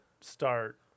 start